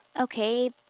Okay